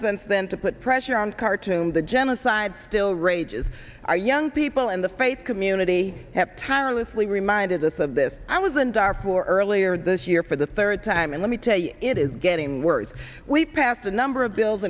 since then to put pressure on khartoum the genocide still rages our young people in the faith community have tirelessly reminded us of this i was in darfur earlier this year for the third time and let me tell you it is getting worse we passed a number of bills